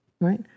Right